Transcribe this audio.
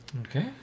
okay